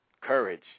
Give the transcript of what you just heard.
courage